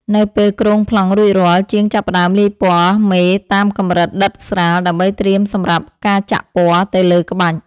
នៅពេលគ្រោងប្លង់រួចរាល់ ជាងចាប់ផ្ដើមលាយពណ៌មេតាមកម្រិតដិតស្រាល ដើម្បីត្រៀមសម្រាប់ការចាក់ពណ៌ទៅលើក្បាច់។